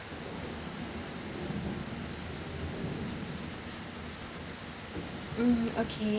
mm okay